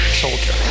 soldier